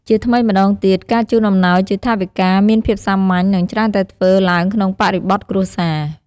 ជាថ្មីម្ដងទៀត ការជូនអំណោយជាថវិកាមានភាពសាមញ្ញ និងច្រើនតែធ្វើឡើងក្នុងបរិបទគ្រួសារ។